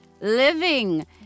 Living